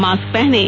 mask पहनें